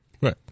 right